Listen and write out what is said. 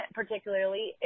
particularly